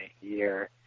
year